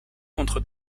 contre